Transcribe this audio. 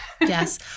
Yes